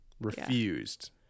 refused